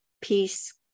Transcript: peace